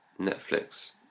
Netflix